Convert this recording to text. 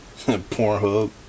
Pornhub